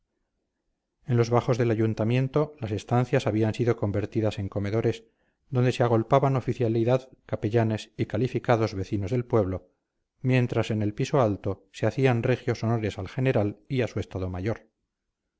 en los bajos del ayuntamiento las estancias habían sido convertidas en comedores donde se agolpaban oficialidad capellanes y calificados vecinos del pueblo mientras en el piso alto se hacían regios honores al general y a su estado mayor